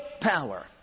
power